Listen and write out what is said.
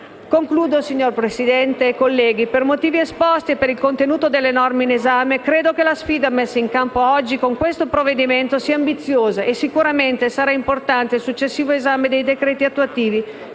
Concludo, signor Presidente e colleghi: per i motivi esposti e per il contenuto delle norme in esame, credo che la sfida messa in campo oggi con questo provvedimento sia ambiziosa e sicuramente sarà importante il successivo esame dei decreti attuativi,